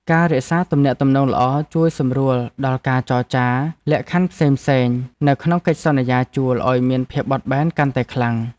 ការរក្សាទំនាក់ទំនងល្អជួយសម្រួលដល់ការចរចាលក្ខខណ្ឌផ្សេងៗនៅក្នុងកិច្ចសន្យាជួលឱ្យមានភាពបត់បែនកាន់តែខ្លាំង។